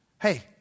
hey